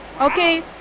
okay